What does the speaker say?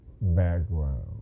background